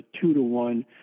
two-to-one